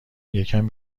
یکم